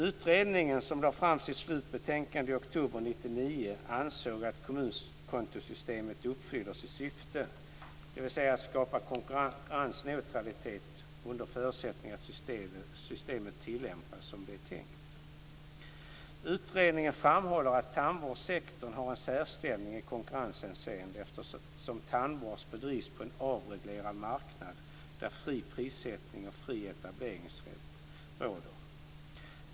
Utredningen, som lade fram sitt slutbetänkande i oktober 1999 , ansåg att kommunkontosystemet uppfyller sitt syfte, dvs. att skapa konkurrensneutralitet, under förutsättning att systemet tillämpas som det är tänkt. Utredningen framhåller att tandvårdssektorn har en särställning i konkurrenshänseende, eftersom tandvård bedrivs på en avreglerad marknad där fri prissättning och fri etableringsrätt råder.